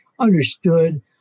Understood